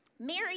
Mary